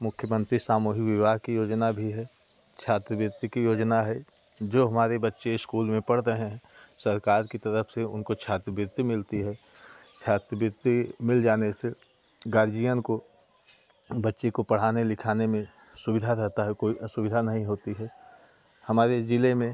मुख्यमंत्री सामूहिक विवाह की योजना भी है छात्रवृति की योजना है जो हमारे बच्चे इस्कूल में पढ़ रहे हैं सरकार की तरफ़ से उनको छात्रवृती मिलती है छात्रवृती मिल जाने से गार्जियन को बच्चे को पढ़ाने लिखाने में सुविधा रहेती है कोई असुविधा नहीं होती है हमारे ज़िले में